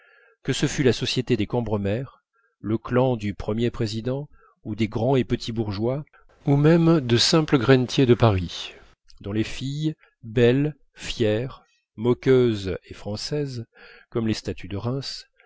que ce fût la société des cambremer le clan du premier président ou des grands et petits bourgeois ou même de simples grainetiers de paris dont les filles belles fières moqueuses et françaises comme les statues de reims